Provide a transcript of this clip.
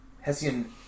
Hessian